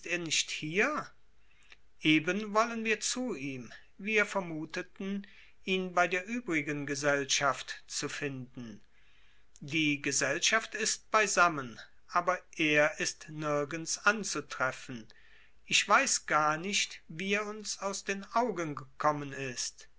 er nicht hier eben wollen wir zu ihm wir vermuteten ihn bei der übrigen gesellschaft zu finden die gesellschaft ist beisammen aber er ist nirgends anzutreffen ich weiß gar nicht wie er uns aus den augen gekommen ist